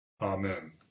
Amen